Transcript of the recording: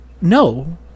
no